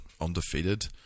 undefeated